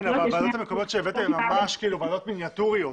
הוועדות שהבאתם הן ממש ועדות מיניאטוריות.